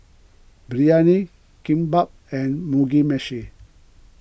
Biryani Kimbap and Mugi Meshi